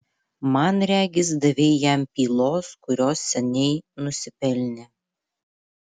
man regis davei jam pylos kurios seniai nusipelnė